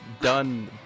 done